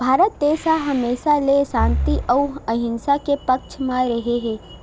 भारत देस ह हमेसा ले सांति अउ अहिंसा के पक्छ म रेहे हे